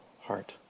heart